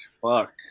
Fuck